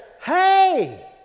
Hey